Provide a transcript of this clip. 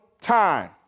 Time